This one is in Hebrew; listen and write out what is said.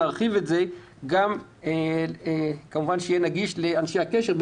נרחיב את זה ונאמר גם "שיהיה נגיש לאנשי הקשר,